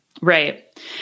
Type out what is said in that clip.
Right